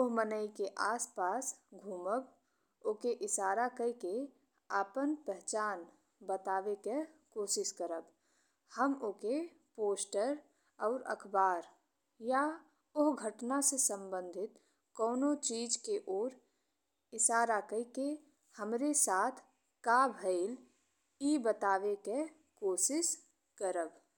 ओह माने के आसपास घूमब ओके इसारा कई के आपन पहचान बतावे के कोशिश करब। हम ओके पोस्टर और अखबार या ओह घटना से संबंधित कौनो चीज के ओर इशारा कई के हमरे साथ का भइल ई बतावे के कोशिश करब।